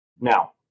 now